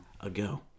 ago